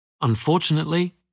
Unfortunately